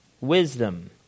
wisdom